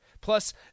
Plus